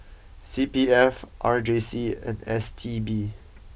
C P F R J C and S T B